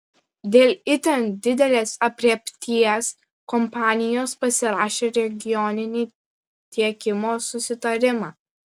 dėl itin didelės aprėpties kompanijos pasirašė regioninį tiekimo susitarimą